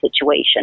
situation